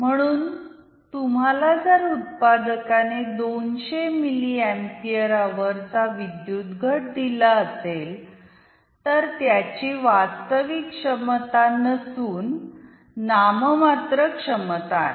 म्हणून तुम्हाला जर उत्पादकाने 200 मिली एंपियर अवरचा विद्युत घट दिला असेल तर त्याची वास्तविक क्षमता नसून नाममात्र क्षमता आहे